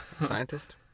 Scientist